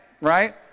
right